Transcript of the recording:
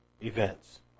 events